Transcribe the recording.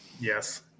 Yes